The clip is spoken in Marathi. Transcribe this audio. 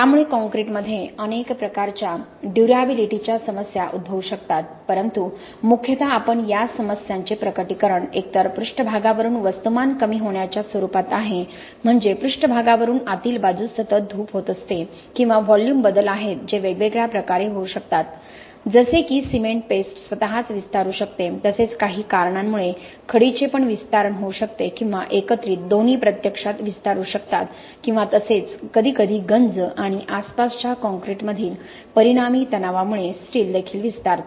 त्यामुळे काँक्रीटमध्ये अनेक प्रकारच्या ड्युर्याबिलिटीच्या समस्या उद्भवू शकतात परंतु मुख्यतः आपण या समस्यांचे प्रकटीकरण एकतर पृष्ठभागावरून वस्तुमान कमी होण्याच्या स्वरूपात आहे म्हणजे पृष्ठभागावरून आतील बाजूस सतत धूप होत असते किंवा व्हॉल्यूम बदल आहेत जे वेगवेगळ्या प्रकारे होऊ शकतात जसे की सीमेंट पेस्ट स्वतःच विस्तारू शकते तसेच काही कारणांमुळे खडी चे पण विस्तारण होऊ शकते किंवा एकत्रित दोन्ही प्रत्यक्षात विस्तारू शकतात किंवा तसेच कधीकधी गंज आणि आसपासच्या काँक्रीटमधील परिणामी तणावामुळे स्टील देखील विस्तारते